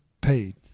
paid